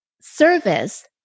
service